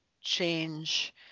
change